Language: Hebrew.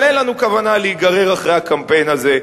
אבל אין לנו כוונה להיגרר אחרי הקמפיין הזה.